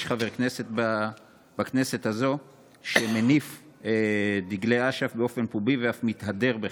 יש חבר הכנסת בכנסת הזאת שהניף דגל אש"ף באופן פומבי ואף מתהדר בכך.